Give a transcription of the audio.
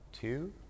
two